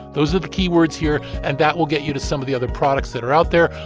those are the keywords here. and that will get you to some of the other products that are out there.